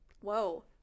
Whoa